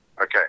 Okay